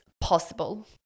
possible